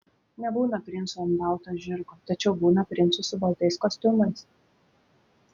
nebūna princų ant balto žirgo tačiau būna princų su baltais kostiumais